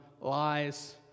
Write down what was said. lies